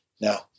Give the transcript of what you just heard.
Now